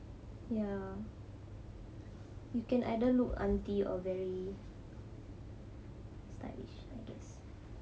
ya you can either look aunty or very stylish I guess